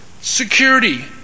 Security